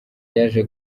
yaje